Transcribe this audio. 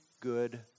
good